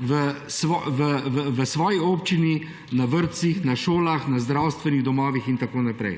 v svoji občini na vrtcih, na šolah, na zdravstvenih domovih in tako naprej.